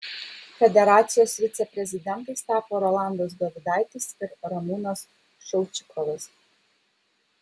federacijos viceprezidentais tapo rolandas dovidaitis ir ramūnas šaučikovas